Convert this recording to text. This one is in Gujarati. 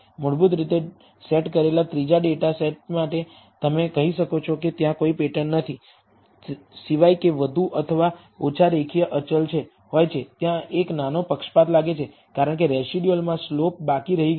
મૂળભૂત રીતે ત્રીજા ડેટાસેટ માટે તમે કહી શકો છો કે ત્યાં કોઈ પેટર્ન નથી સિવાય કે વધુ અથવા ઓછા રેખીય અચલ હોય છે ત્યાં એક નાનો પક્ષપાત લાગે છે કારણ કે રેસિડયુઅલમાં સ્લોપ બાકી રહી ગયો